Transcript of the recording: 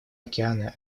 океаны